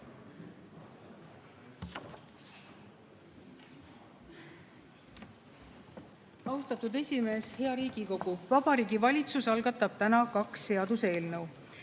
Austatud esimees! Hea Riigikogu! Vabariigi Valitsus algatab täna kaks seaduseelnõu.